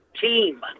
team